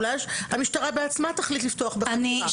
אולי המשטרה בעצמה תחליט לפתוח בחקירה.